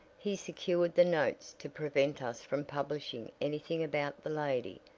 he secured the notes to prevent us from publishing anything about the lady.